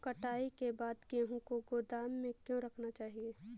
कटाई के बाद गेहूँ को गोदाम में क्यो रखना चाहिए?